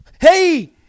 hey